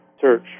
search